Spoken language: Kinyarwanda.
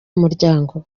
umuryango